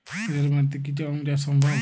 এঁটেল মাটিতে কি গম চাষ সম্ভব?